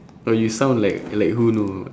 oh you sound like like who know